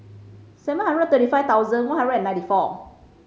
seven hundred thirty five one hundred and ninety four